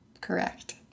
Correct